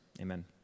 amen